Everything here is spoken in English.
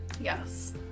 Yes